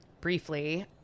briefly